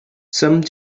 some